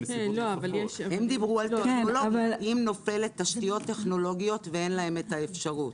אם נופלות תשתיות טכנולוגיות ואין אפשרות.